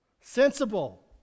Sensible